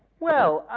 well,